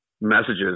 messages